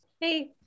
Hey